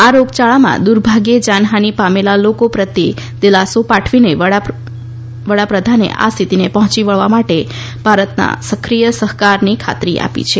આ રોગયાળામાં દુર્ભાગ્યે જાનહાનિ પામેલા લોકો પ્રત્યે દિલાસો પાઠવીને વડાપ્રધાને આ સ્થિતિને પહોંચી વળવા માટે ભારતના સક્રિય સહકારની ખાતરી આપી છે